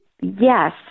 Yes